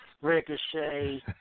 Ricochet